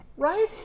Right